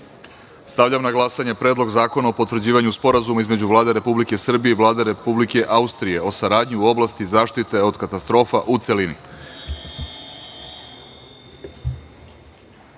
zakona. Stavljam na glasanje Predlog zakona o potvrđivanju Sporazuma između Vlade Republike Srbije i Vlade Republike Austrije o saradnji u oblasti zaštite od katastrofa, u